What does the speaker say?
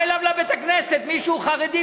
בא אליו לבית-הכנסת מישהו חרדי,